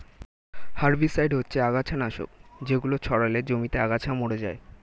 herbicide হচ্ছে আগাছানাশক যেগুলো ছড়ালে জমিতে আগাছা মরে যায়